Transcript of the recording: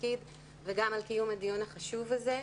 לתפקיד וגם על קיום הדיון החשוב הזה.